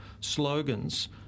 slogans